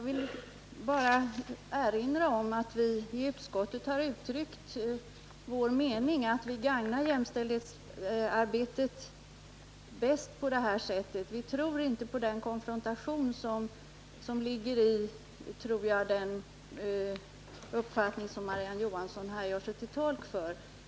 Herr talman! I utskottet tror vi att vi gagnar jämställdhetsarbetet bäst på detta sätt. Vi tror inte på de tvångsmetoder som Marie-Ann Johansson gör sig till tolk för.